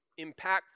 impactful